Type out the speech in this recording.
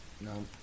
no